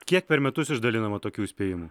kiek per metus išdalinama tokių spėjimų